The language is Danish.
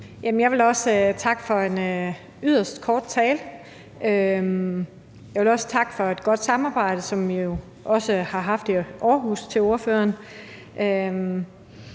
Jeg vil også takke for en yderst kort tale. Jeg vil også takke ordføreren for et godt samarbejde, som vi jo også har haft i Aarhus. Altså, jeg